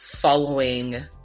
Following